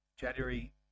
January